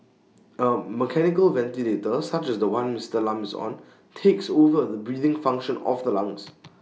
A mechanical ventilator such as The One Mister Lam is on takes over the breathing function of the lungs